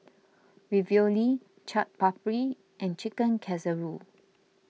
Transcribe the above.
Ravioli Chaat Papri and Chicken Casserole